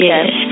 Yes